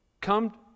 come